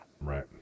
Right